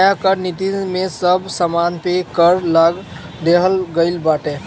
नया कर नीति में सब सामान पे कर लगा देहल गइल बाटे